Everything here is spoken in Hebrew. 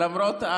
למרות,